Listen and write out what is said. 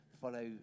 follow